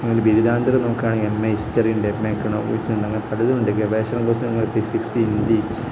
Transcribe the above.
ബിരുദാനന്തരം നോക്കുകയാണെങ്കില് M A ഹിസ്റ്ററിയുണ്ട് M A എക്കണോമിക്സുണ്ട് അങ്ങന പലുതുമുണ്ട് ഗവേഷണ കോഴ്സ് ഫിസിക്സ് ഹിന്ദി